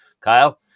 Kyle